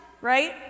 right